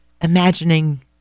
imagining